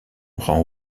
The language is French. rend